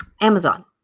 Amazon